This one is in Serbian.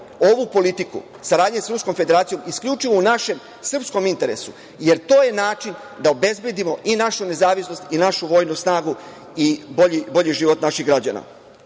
ovu politiku saradnje sa Ruskom Federacijom isključivo u našem srpskom interesu, jer to je način da obezbedimo i našu nezavisnost i našu vojnu snagu i bolji život naših građana.